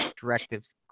directives